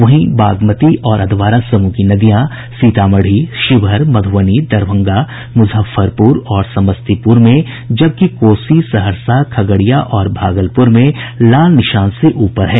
वहीं बागमती और अधवारा समूह की नदियां सीतामढ़ी शिवहर मध्रबनी दरभंगा मुजफ्फरपुर और समस्तीपुर में जबकि कोसी सहरसा खगड़िया और भागलपुर में खतरे के निशान से ऊपर है